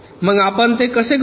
मग आपण ते कसे करू